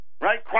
Right